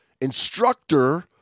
instructor